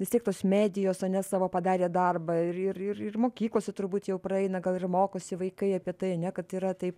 vis tiek tos medijos ane savo padarė darbą ir ir ir mokyklose turbūt jau praeina gal ir mokosi vaikai apie tai ane kad yra taip